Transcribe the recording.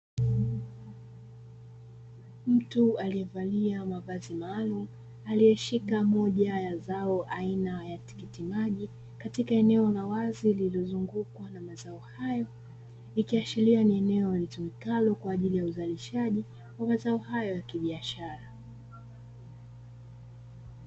Mtu aliyevalia mavazi maalumu aliyeshika moja ya zao aina ya tikiti maji katika eneo la wazi lililozungukwa na mazao hayo, ikiashiria ni eneo litumikalo kwa ajili ya uzalishaji wa mazao hayo ya kibiashara.